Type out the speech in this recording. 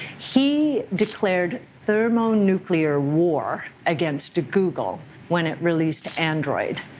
he declared thermonuclear war against google when it released android.